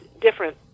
different